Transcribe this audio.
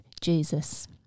Jesus